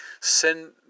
send